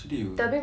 sedih apa